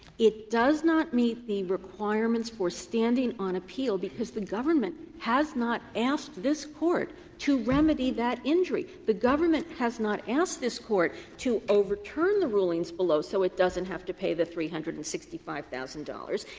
it does not meet the requirements for standing on appeal, because the government has not asked this court to remedy that injury. the government has not asked this court to overturn the rulings below so it doesn't have to pay the three hundred and sixty five thousand dollars.